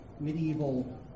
medieval